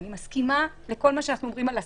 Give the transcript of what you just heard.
אני מסכימה עם כל מה שאנחנו אומרים על הסדנה,